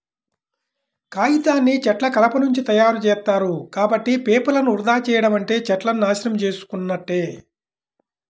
కాగితాన్ని చెట్ల కలపనుంచి తయ్యారుజేత్తారు, కాబట్టి పేపర్లను వృధా చెయ్యడం అంటే చెట్లను నాశనం చేసున్నట్లే